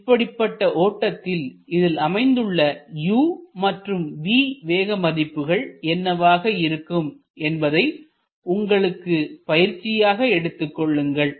இப்படிப்பட்ட ஓட்டத்தில் இதில் அமைந்துள்ள u மற்றும் v வேகம் மதிப்புகள் என்னவாக அமையும் என்பதை உங்களுக்கு பயிற்சியாக எடுத்துக்கொள்ளுங்கள்